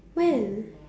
when